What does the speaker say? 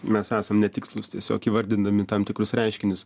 mes esam netikslūs tiesiog įvardindami tam tikrus reiškinius